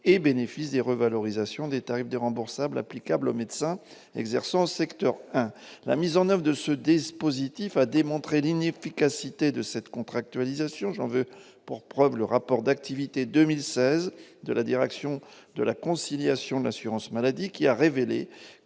et bénéfices des revalorisations des tarifs des remboursables applicable aux médecins exerçant en secteur 1 la mise en 9 de ce désir positif, a démontré ligne efficacité de cette contractualisation, j'en veux pour preuve le rapport d'activité 2016 de la direction de la conciliation de l'assurance maladie, qui a révélé